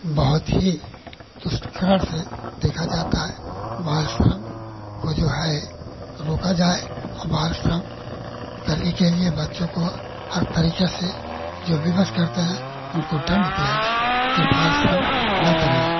बहुत ही दुष्ट नज़र से देखा जाता है बाल श्रम वह जो है रोका जाए और बाल श्रम करने के लिए बच्चों को हर तरीके से जो विवश करते हैं उनको दण्ड दिया जाए यह बाल श्रम न कराएँ